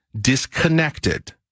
disconnected